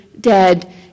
dead